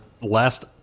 last